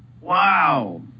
Wow